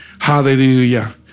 Hallelujah